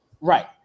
right